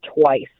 twice